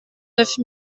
neuf